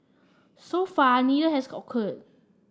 so far neither has occurred